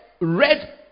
red